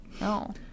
no